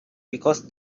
because